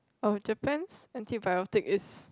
oh Japan's antibiotic is